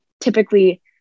typically